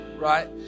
right